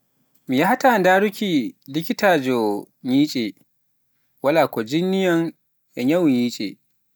mi yahaata ndaruki likitajo nyicce, walaa ko jinniyaam nyawu nyecce.